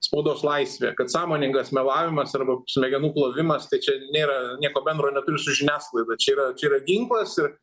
spaudos laisvė kad sąmoningas melavimas arba smegenų plovimas tai čia nėra nieko bendro neturi su žiniasklaida čia yra čia yra ginklas ir